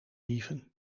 dieven